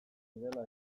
dela